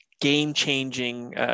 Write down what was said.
game-changing